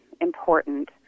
important